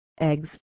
eggs